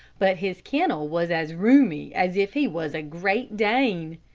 but his kennel was as roomy as if he was a great dane.